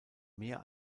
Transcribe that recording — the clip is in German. mehr